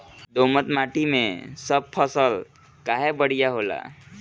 दोमट माटी मै सब फसल काहे बढ़िया होला?